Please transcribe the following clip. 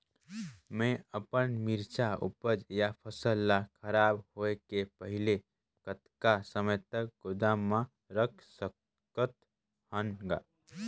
मैं अपन मिरचा ऊपज या फसल ला खराब होय के पहेली कतका समय तक गोदाम म रख सकथ हान ग?